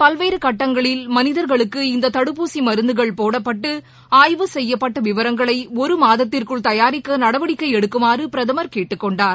பல்வேறு கட்டங்களில் மனிதர்களுக்கு இந்த தடுப்பூசி மருந்துகள் போடப்பட்டு ஆய்வு செய்யப்பட்ட விவரங்களை ஒருமாதத்திற்குள் தயாரிக்க நடவடிக்கை எடுக்குமாறு பிரதமர் கேட்டுக் கொண்டார்